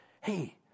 Hey